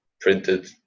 printed